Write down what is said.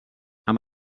amb